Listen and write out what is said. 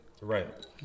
Right